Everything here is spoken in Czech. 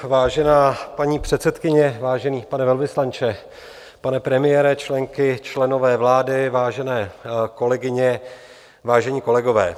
Vážená paní předsedkyně, vážený pane velvyslanče, pane premiére, členky, členové vlády, vážené kolegyně, vážení kolegové.